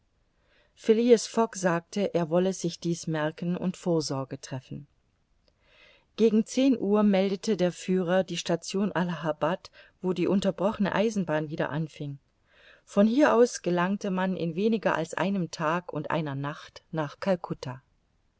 fogg sagte er wolle sich dies merken und vorsorge treffen gegen zehn uhr meldete der führer die station allahabad wo die unterbrochene eisenbahn wieder anfing von hier aus gelangte man in weniger als einem tag und einer nacht nach